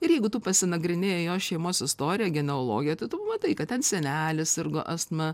ir jeigu tu pasinagrinėji jo šeimos istoriją geneologiją tai tu matai kad ten senelis sirgo astma